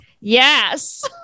Yes